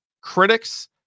critics